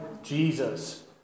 Jesus